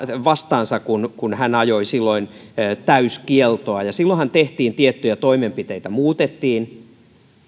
vastaansa kun kun hän ajoi silloin täyskieltoa ja silloinhan tehtiin tiettyjä toimenpiteitä muutettiin